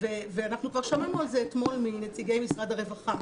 ואנחנו כבר שמענו על זה אתמול מנציגי משרד הרווחה.